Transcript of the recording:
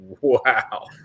Wow